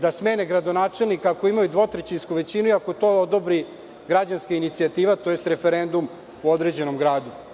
da smene gradonačelnika ako imaju dvotrećinsku većinu i ako to odobri građanska inicijativa, tj. referendum u određenom gradu. Inače,